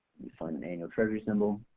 me find annual treasury symbol.